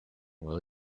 will